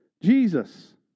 Jesus